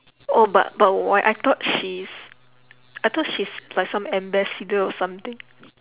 oh but but why I thought she's I thought she's like some ambassador or something